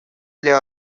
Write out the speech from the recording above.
для